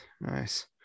nice